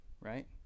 right